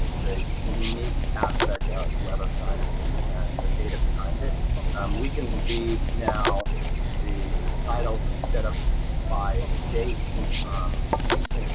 the unique aspect of web of science and and the data behind it we can see now the titles instead of by date recent